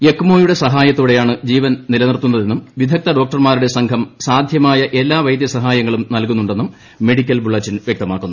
എക്മോയുടെ സഹായത്തോടെയാണ് ജീവൻ നിലനിർത്തുന്നതെന്നും വിദഗ്ധ ഡോക്ടർമാരുടെ സംഘം സാധ്യമായ എല്ലാ വൈദൃസഹായങ്ങളും നല്കുന്നുണ്ടെന്നും മെഡിക്കൽ ബുള്ളറ്റിൻ വ്യക്തമാക്കുന്നു